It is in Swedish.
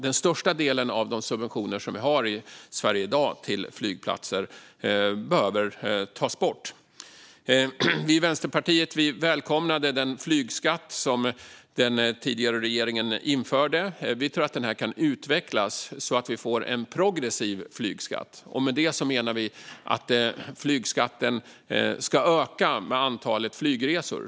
Den största delen av de flygplatssubventioner som vi har i Sverige i dag behöver tas bort. Vi i Vänsterpartiet välkomnade den flygskatt som den tidigare regeringen införde. Vi tror att den kan utvecklas så att vi får en progressiv flygskatt. Med detta menar vi att flygskatten ska öka med antalet flygresor.